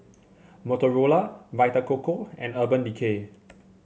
Motorola Vita Coco and Urban Decay